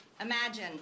Imagine